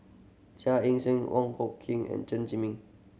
Chia Ann Siang Wong Hung Khim and Chen Zhiming